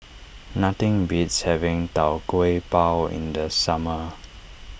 nothing beats having Tau Kwa Pau in the summer